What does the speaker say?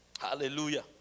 Hallelujah